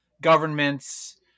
governments